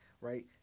right